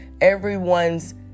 everyone's